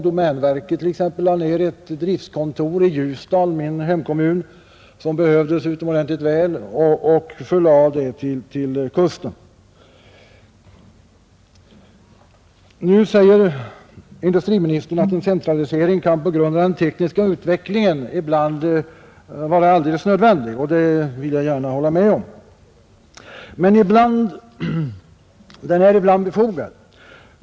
I min hemkommun, Ljusdal, lade t.ex. domänverket ned ett driftkontor, som behövdes utomordentligt väl, och placerade det vid kusten. Nu säger industriministern att en centralisering på grund av den tekniska utvecklingen ibland kan vara alldeles nödvändig, och det vill jag gärna hålla med om. Den är ibland befogad.